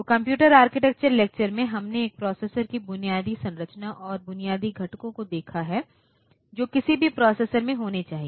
तो computer architecture lecture में हमने एक प्रोसेसर की बुनियादी संरचना और बुनियादी घटकों को देखा है जो किसी भी प्रोसेसर में होने चाहिए